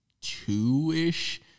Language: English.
two-ish